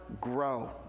grow